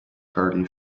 party